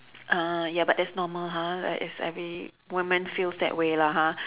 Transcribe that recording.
uh ya but that's normal ha like is every woman feels that way lah ha